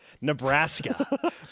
Nebraska